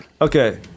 okay